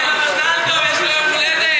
מגיע לו מזל טוב, יש לו יום הולדת.